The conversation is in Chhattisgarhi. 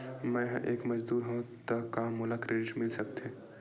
मैं ह एक मजदूर हंव त का मोला क्रेडिट मिल सकथे?